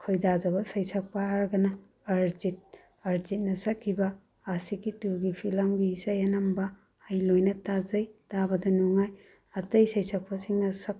ꯈꯣꯏꯗꯥꯖꯕ ꯁꯩꯁꯛꯄ ꯍꯥꯏꯔꯒꯅ ꯑꯥꯔꯖꯤꯠ ꯑꯥꯔꯖꯤꯠꯅ ꯁꯛꯈꯤꯕ ꯑꯁꯤꯀꯤ ꯇꯨꯒꯤ ꯐꯤꯂꯝꯒꯤ ꯏꯁꯩ ꯑꯅꯝꯕ ꯑꯩ ꯂꯣꯏꯅ ꯇꯥꯖꯩ ꯇꯥꯕꯗ ꯅꯨꯡꯉꯥꯏ ꯑꯇꯩ ꯁꯩꯁꯛꯄꯁꯤꯡꯅ ꯁꯛꯄ